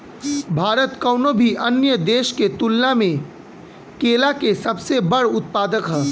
भारत कउनों भी अन्य देश के तुलना में केला के सबसे बड़ उत्पादक ह